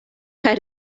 kaj